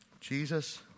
Jesus